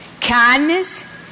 kindness